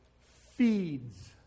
Feeds